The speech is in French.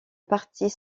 partis